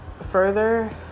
further